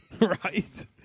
Right